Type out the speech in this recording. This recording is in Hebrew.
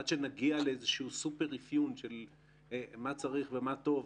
עד שנגיע לסופר אפיון מה צריך ומה טוב,